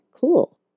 cool